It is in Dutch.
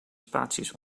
spaties